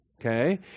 Okay